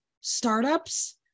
startups